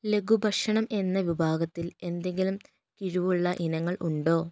ലഘുഭക്ഷണം എന്ന വിഭാഗത്തിൽ എന്തെങ്കിലും കിഴിവുള്ള ഇനങ്ങൾ ഉണ്ടോ